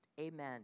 Amen